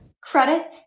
credit